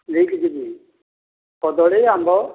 ନେଇକି ଯିବି କଦଳୀ ଆମ୍ବ